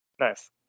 Nice